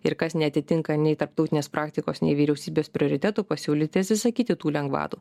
ir kas neatitinka nei tarptautinės praktikos nei vyriausybės prioritetų pasiūlyti atsisakyti tų lengvatų